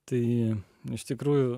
tai iš tikrųjų